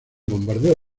bombardeo